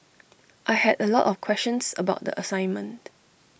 I had A lot of questions about the assignment